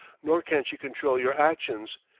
nor can she control your actions.